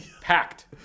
Packed